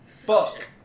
Fuck